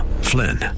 Flynn